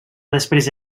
després